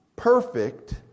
perfect